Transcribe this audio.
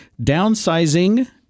Downsizing